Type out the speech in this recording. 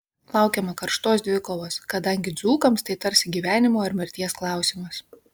laukiama karštos dvikovos kadangi dzūkams tai tarsi gyvenimo ar mirties klausimas